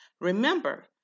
Remember